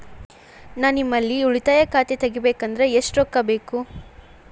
ನಾ ನಿಮ್ಮಲ್ಲಿ ಉಳಿತಾಯ ಖಾತೆ ತೆಗಿಬೇಕಂದ್ರ ಎಷ್ಟು ರೊಕ್ಕ ಬೇಕು?